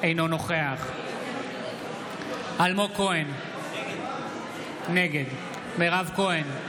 אינו נוכח אלמוג כהן, נגד מירב כהן,